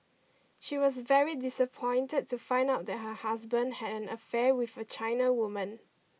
she was very disappointed to find out that her husband had an affair with a China woman